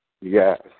yes